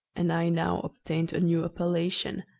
and i now obtained a new appellation,